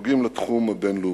נוגעים לתחום הבין-לאומי.